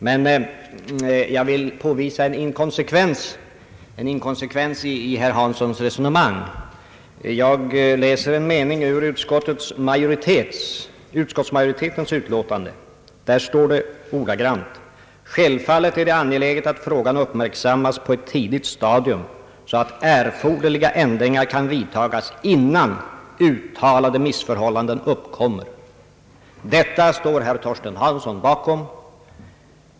Men jag vill påvisa en inkonsekvens i herr Hanssons resonemang. I utskottsmajoritetens utlåtande står det ordagrant: »Självfallet är det angeläget att frågan uppmärksammas på ett tidigt stadium, så att erforderliga ändringar kan vidtagas, innan uttalade missförhållanden uppkommer.» Detta uttalande står herr Hansson bakom.